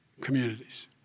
Communities